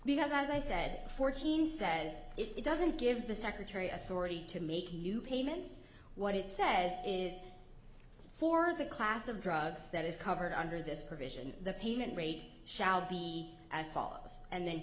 because as i said fourteen says it doesn't give the secretary authority to make new payments what it says is for the class of drugs that is covered under this provision the pain and rate shall be as follows and then